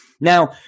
Now